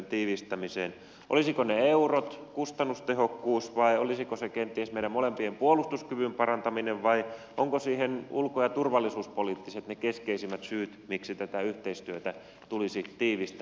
olisivatko ne eurot kustannustehokkuus vai olisiko se kenties meidän molempien puolustuskyvyn parantaminen vai ovatko ulko ja turvallisuuspoliittiset syyt ne keskeisimmät syyt miksi tätä yhteistyötä tulisi tiivistää